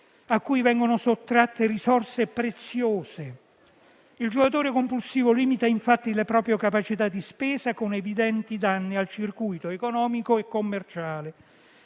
a cui vengono sottratte risorse preziose. Il giocatore compulsivo limita infatti le proprio capacità di spesa con evidenti danni al circuito economico e commerciale